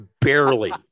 barely